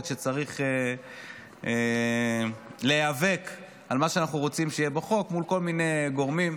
וכשצריך להיאבק על מה שאנחנו רוצים שיהיה בחוק מול כל מיני גורמים,